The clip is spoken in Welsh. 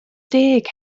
deg